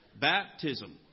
Baptism